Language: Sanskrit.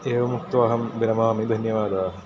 एवमुक्त्वा अहं विरमामि धन्यवादाः